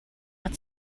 kan